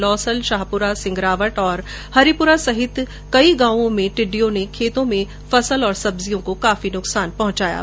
लोसल शाहपुरा सिंगरावट और हरिपुरा सहित कई गांवों में टिड्डियों ने खेतों में फसल और सब्जियों को काफी नुकसान पहुंचाया है